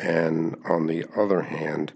and on the other hand